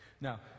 Now